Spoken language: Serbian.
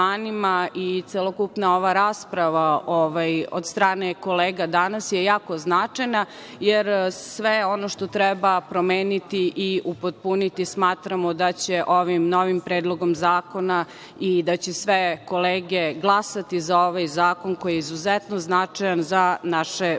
i celokupna ova rasprava od strane kolega danas je jako značajna, jer sve ono to treba promeniti i upotpuniti smatramo da će ovim novim Predlogom zakona i da će sve kolege glasati za ovaj zakon koji je izuzetno značajan za naše borce,